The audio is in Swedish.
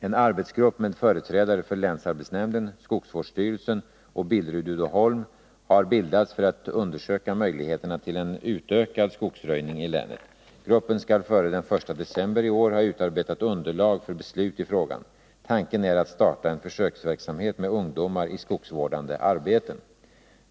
En arbetsgrupp med företrädare för länsarbetsnämnden, skogsvårdsstyrelsen och Billerud-Uddeholm har bildats för att undersöka möjligheterna till en utökad skogsröjning i länet. Gruppen skall före den 1 december i år ha utarbetat underlag för beslut i frågan. Tanken är att starta en försöksverksamhet med ungdomar i skogsvårdande arbeten.